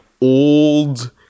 old